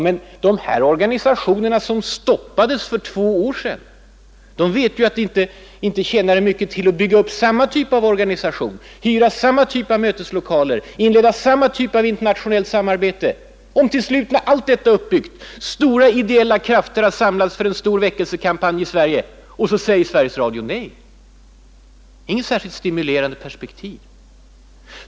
Men de samfund som drabbades för två år sedan vet ju att det inte tjänar mycket till att bygga upp samma typ av organisation, hyra samma typ av möteslokaler, inleda samma slag av internationellt samarbete. Ty när allt detta är uppbyggt och stora ideella krafter har samlats för en väckelsekampanj säger Sveriges Radio ändå nej. Det är inget stimulerande perspektiv.